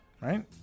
right